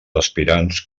aspirants